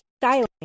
styling